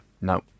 No